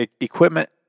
equipment